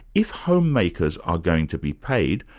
if homemakers are going to be paid,